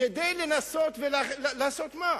כדי לנסות לעשות מה?